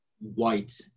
white